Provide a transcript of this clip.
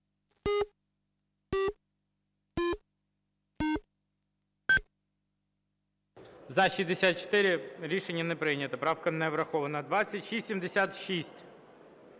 За-64 Рішення не прийнято. Правка не врахована. 2676.